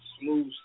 smooth